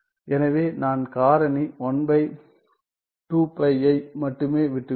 எனவே நான் காரணி ஐ மட்டுமே விட்டுவிட்டேன்